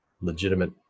legitimate